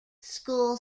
school